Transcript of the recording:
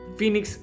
Phoenix